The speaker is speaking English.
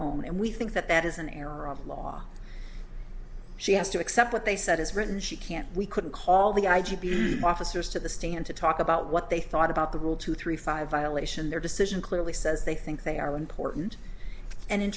own and we think that that is an error of law she has to accept what they said as written she can't we couldn't call the i g b t officers to the stand to talk about what they thought about the rule two three five violation their decision clearly says they think they are important and in